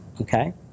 okay